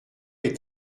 est